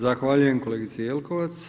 Zahvaljujem kolegici Jelkovac.